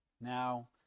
Now